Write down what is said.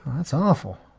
that's awful.